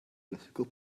classical